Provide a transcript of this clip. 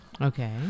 Okay